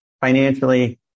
financially